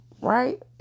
right